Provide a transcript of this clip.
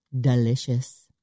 Delicious